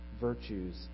virtues